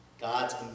God's